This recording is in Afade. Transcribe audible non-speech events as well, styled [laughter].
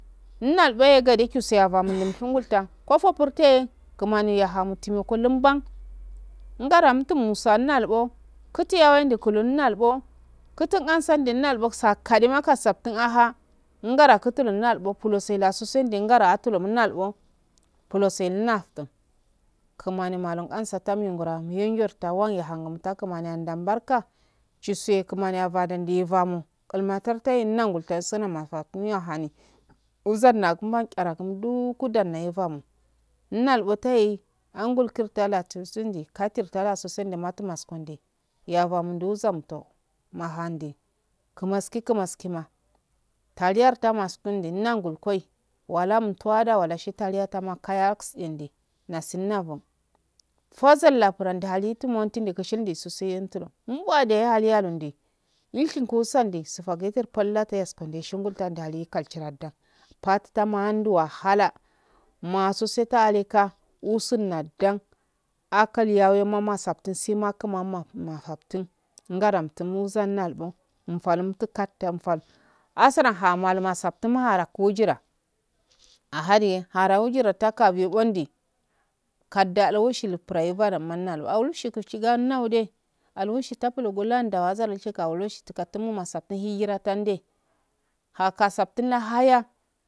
Nmlbsyo gade [noise] fusiyabantumolta kofo purfulye jkiani ahamti kaah baban ndara tumunsanal bbo kituya yewandukolonelubbo itu ansardinyalbo sakelem kasaftun whah ndara kittul ndalbbo bulseda lasusungara atilo naltbo bulu selena kimani malukaan sata miranmiya rta wange han takumaniyansa banka chusu kimnai badadiyo bamo lan maturtuye nagultassmiefa miya hanwuzanakua kyarakum dookudam naye bamo nalbutayaye anga kirtaye yelatusundi leatrata latirn sundi katirta latin sundi mattu markundi ya bano mzonto mahandi kimaski taimi skima taliyard mackundi nayulkoye walantuwada wakashita makayasindi nusum aho fazal nakuranda hahintun kishi tonchi susuwenti umbachiye haliya numhdi nukushu samdi sphaggetti pela yaskundi shunuguttandali leachiya da pattutam a hundiwandu wahala masusulta hhika umtana daa akar hiyayenmassftun sima kumama hiyaptun ndarantun uzanandin nfahudum tulean fal asudan nahan maha humasaptunaea kwejiin ahaniye hara wejira kabemondi kadda dodishi payi baramanllo awu shiga shiga naude alushi tabledondawaza doshigawale shitugattuma asptun hijira tandee hakasaptun haya